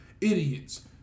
Idiots